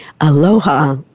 aloha